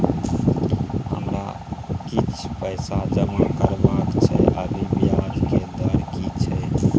हमरा किछ पैसा जमा करबा के छै, अभी ब्याज के दर की छै?